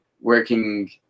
working